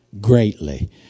greatly